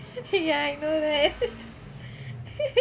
ya I know right